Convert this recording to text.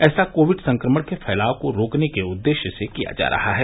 ऐसा कोविड संक्रमण के फैलाव को रोकने के उद्देश्य से किया जा रहा है